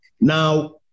Now